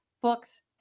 books